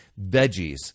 Veggies